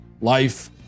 life